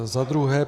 Za druhé.